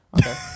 Okay